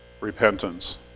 repentance